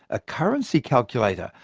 a currency calculator,